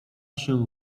się